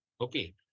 Okay